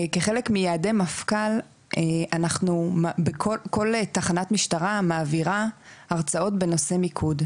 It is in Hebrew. כחלק מייעדי מפכ"ל כל תחנת משטרה מעבירה הרצאות בנושא מיקוד,